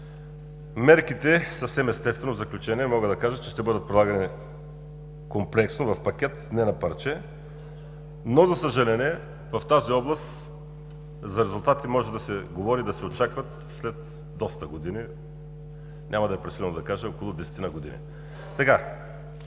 Мерките, съвсем естествено, в заключение мога да кажа, че ще бъдат прилагани комплексно – в пакет, не на парче. За съжаление в тази област за резултати може да се говори, да се очакват след доста години, няма да е пресилено да кажа около десетина